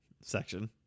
section